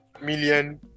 million